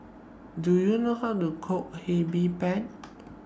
Do YOU know How to Cook Hee Pan